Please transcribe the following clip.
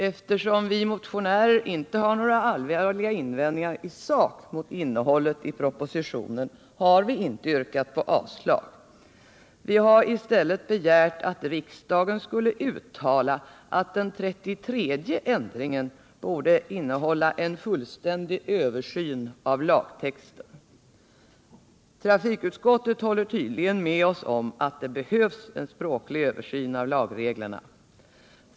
Eftersom vi motionärer inte har några allvarliga invändningar i sak mot innehållet i propositionen har vi inte yrkat avslag. Vi har i stället begärt att riksdagen skulle uttala att den 33:e ändringen borde vara en fullständig översyn av lagtexten. Trafikutskottet håller tydligen med oss om att det behövs en språklig översyn av lagreglerna.